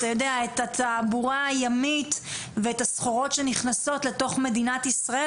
את התעבורה הימית ואת הסחורות שנכנסות לתוך מדינת ישראל.